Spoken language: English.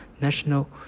national